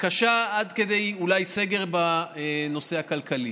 וקשה עד כדי סגר בנושא הכלכלי.